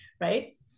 Right